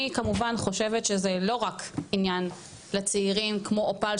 אני כמובן חושבת שזה לא רק עניין לצעירים כמו אופל,